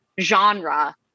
genre